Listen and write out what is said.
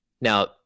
Now